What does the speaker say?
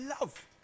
love